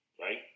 right